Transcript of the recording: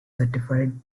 certified